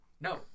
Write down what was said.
No